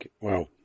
wow